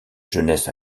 jeunesse